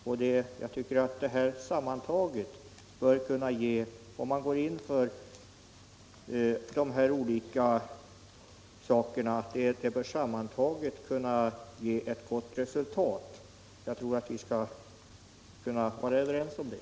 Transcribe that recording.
Om man går in för allt detta bör det, tycker jag, kunna ge ett gott resultat — jag tror att vi skall kunna vara överens om det.